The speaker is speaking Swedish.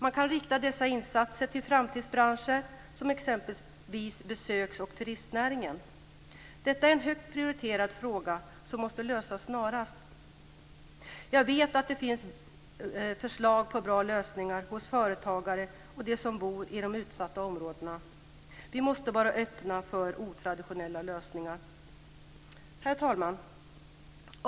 Man kan rikta dessa insatser till framtidsbranscher som exempelvis besöks och turistnäringen. Detta är en högt prioriterad fråga som måste lösas snarast. Jag vet att det finns förslag på bra lösningar hos företagare och de som bor i de utsatta områdena. Vi måste vara öppna för otraditionella lösningar. Herr talman!